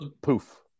poof